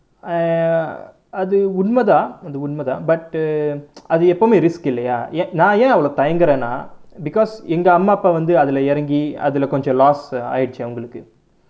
அது உன்மைதான் அது உன்மைதான்:athu unmaithaan athu unmaithaan but அது எப்போமே:athu eppomae risk இல்லையா நா ஏன் அவ்வளவு தயங்குரேனா:illaiyaa naa yaen avvalavu thayanguraenaa because எங்க அம்மா அப்பா வந்து அதுலை இறங்கி அதுலை கொஞ்சம்:enga amma appa vanthu athulai irangi athulai konjam loss ஆயிருச்சு அவங்களுக்கு:aayiruchu avangalukku